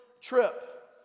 trip